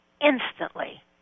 instantly